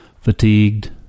fatigued